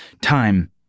time